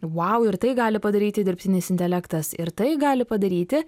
vau ir tai gali padaryti dirbtinis intelektas ir tai gali padaryti